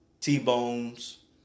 T-bones